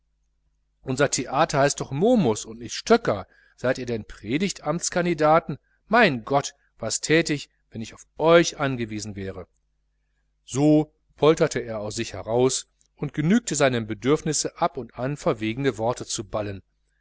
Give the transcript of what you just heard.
unser theater heißt doch momus und nicht stöcker seid ihr denn predigtamtskandidaten mein gott was thät ich wenn ich auf euch angewiesen wäre so polterte er sich aus und genügte seinem bedürfnisse ab und an verwegene worte zu ballen